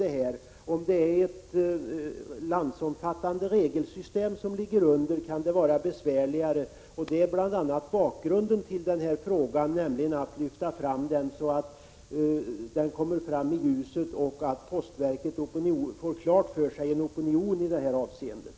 Men om det är ett landsomfattande regelsystem som ligger bakom kan det vara besvärligare. Detta är bl.a. bakgrunden till frågan. Jag ville lyfta fram den så att den kom fram i ljuset och postverket fick klart för sig att det finns en opinion i frågan.